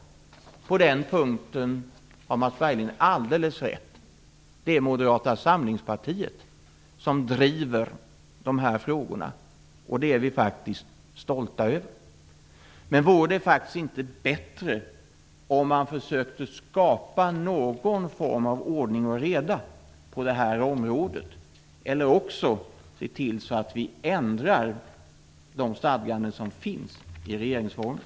På den punkten har Mats Berglind alldeles rätt; det är Moderata samlingspartiet som driver de här frågorna, och det är vi faktiskt stolta över. Men vore det inte bättre om man försökte skapa någon form av ordning och reda? Alternativet är att ändra stadgandena i regeringsformen.